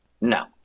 no